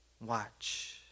Watch